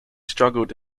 struggled